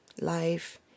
Life